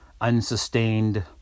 unsustained